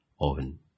oven